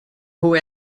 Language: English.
who